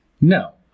No